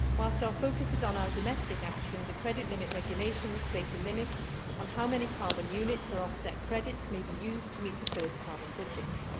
whilst our focus is on our domestic action, the credit limit regulations place a limit on how many carbon units or offset credits may be used to meet the first carbon budget.